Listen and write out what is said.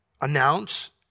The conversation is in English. announce